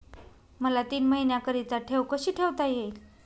मला तीन महिन्याकरिता ठेव कशी ठेवता येईल?